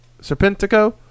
Serpentico